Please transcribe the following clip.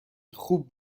خوب